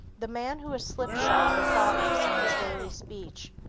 the man who is slipshod and thoughtless in his daily speech,